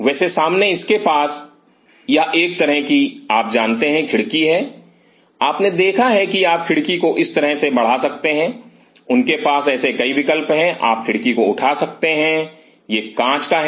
वैसे सामने इसके पास यह एक तरह की आप जानते हैं खिड़की है आपने देखा है कि आप खिड़की को इस तरह बढ़ा सकते हैं उनके पास ऐसे कई विकल्प हैं आप खिड़की को उठा सकते हैं यह एक कांच है